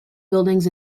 buildings